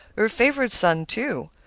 her favorite son, too.